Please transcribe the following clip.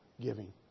giving